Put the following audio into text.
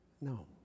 No